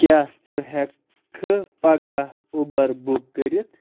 کیاہ ژٕ ہیٚکہٕ پَگہہ اُوبَر بُک کٔرِتھ ؟